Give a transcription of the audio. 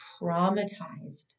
traumatized